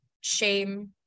shame